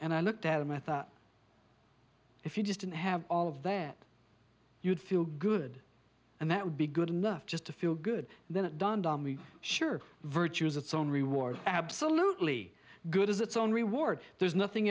and i looked at them i thought if you just didn't have all of that you'd feel good and that would be good enough just to feel good and then it dawned on me sure virtue is its own reward absolutely good as its own reward there is nothing